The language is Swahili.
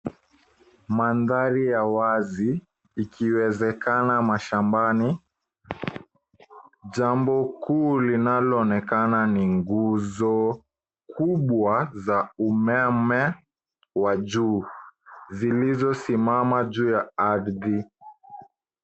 Mandhari ya wazi ikiwezekana mashambani. Jambo kuu linaloonekana ni nguzo kubwa za umeme wa juu, zilizosimama juu ya ardhi.